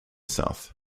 south